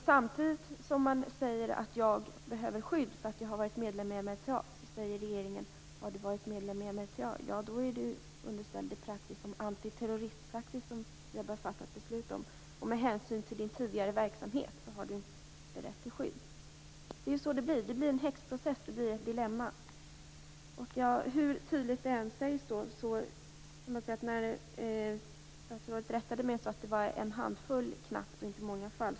Samtidigt som man säger att man behöver skydd därför att man har varit medlem i MRTA säger regeringen: Har du varit medlem i MRTA, faller du under den antiterroristpraxis som vi har fattat beslut om. Med hänsyn till din tidigare verksamhet har du inte rätt till skydd. Det blir alltså en häxprocess, ett dilemma. Statsrådet rättade mig och sade att det var fråga om bara knappt en handfull fall, inte många fall.